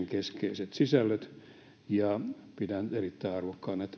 keskeiset sisällöt ja pidän erittäin arvokkaana